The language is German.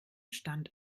stand